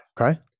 Okay